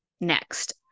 next